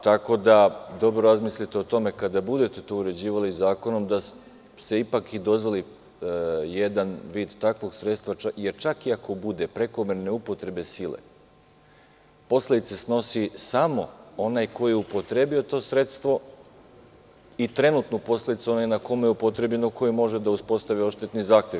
Tako da, dobro razmislite o tome kada budete to uređivali zakonom, da se ipak dozvoli jedan vid takvog sredstva, jer čak i ako bude prekomerne upotrebe sile posledice snosi samo onaj ko je upotrebio to sredstvo i trenutno posledicu onaj na kome je upotrebljeno, koji može da uspostavi odštetni zahtev.